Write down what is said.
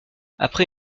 après